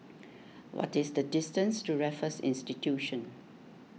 what is the distance to Raffles Institution